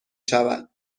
شود